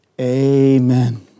Amen